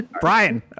Brian